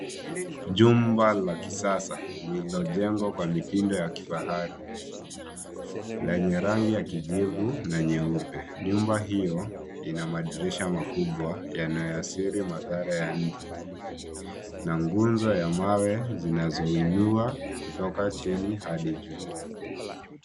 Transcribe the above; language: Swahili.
Jumba la kisasa, lililojengwa kwa mitindo ya kifahari, lenye rangi ya kijivu na nyeupe. Nyumba hiyo ina madirisha makubwa yanayoasili madhara ya nje na nguzo ya mawe zinazoinua kutoka chini hadi juu.